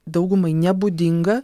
daugumai nebūdinga